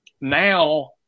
now